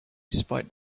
despite